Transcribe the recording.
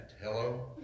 hello